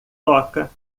toca